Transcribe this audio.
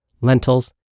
lentils